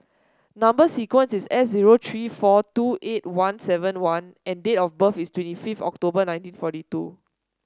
number sequence is S zero three four two eight one seven one and date of birth is twenty fifth October nineteen forty two